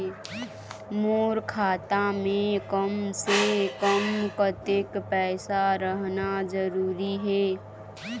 मोर खाता मे कम से से कम कतेक पैसा रहना जरूरी हे?